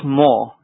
more